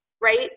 right